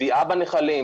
טביעה בנחלים,